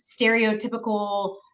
stereotypical